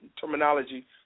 terminology